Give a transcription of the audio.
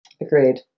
Agreed